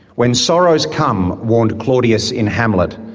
when sorrows come warned claudius in hamlet,